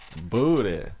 Booty